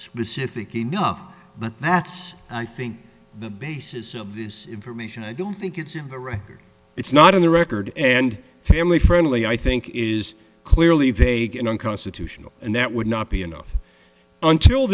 specific enough but that's i think the basis of this information i don't think it's in the record it's not in the record and family friendly i think is clearly vague and unconstitutional and that would not be enough until